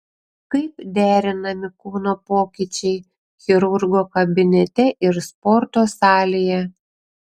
kaip derinami kūno pokyčiai chirurgo kabinete ir sporto salėje